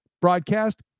broadcast